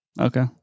Okay